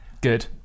Good